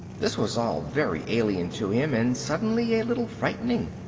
this was all very alien to him and suddenly a little frightening.